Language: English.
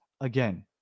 again